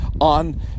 on